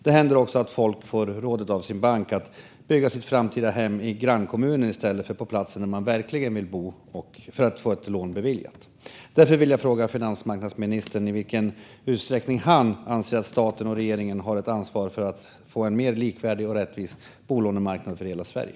Det händer också att folk får rådet av sin bank att de för att få ett lån beviljat ska bygga sitt framtida hem i grannkommunen i stället för på den plats där de verkligen vill bo. Därför vill jag fråga finansmarknadsministern i vilken utsträckning han anser att staten och regeringen har ett ansvar för att vi ska få en mer likvärdig och rättvis bolånemarknad för hela Sverige.